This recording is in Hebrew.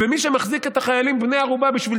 ומי שמחזיק את החיילים בני ערובה בשביל